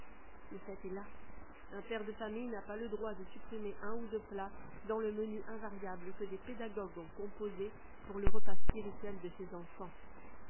le fait est là un père de famille n'a pas le droit de supprimer un ou deux plats dans le menu invariable que des pédagogues ont composé pour le repas spirituel de ses enfants